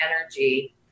energy